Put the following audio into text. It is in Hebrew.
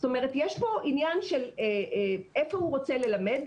יש פה עניין של איפה הוא רוצה ללמד.